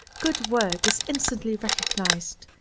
good work is instantly recognized,